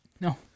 No